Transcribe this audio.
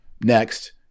next